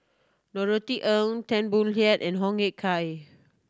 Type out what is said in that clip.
Norothy Ng Tan Boo Liat and Hoo Ah Kay